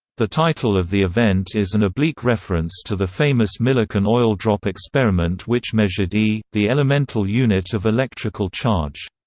the title of the event is an oblique reference to the famous millikan oil-drop experiment which measured e, the elemental unit of electrical charge.